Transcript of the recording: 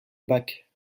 bac